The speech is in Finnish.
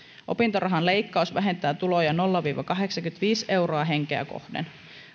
opintorahan leikkaus vähentää tuloja nolla viiva kahdeksankymmentäviisi euroa henkeä kohden